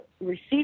receive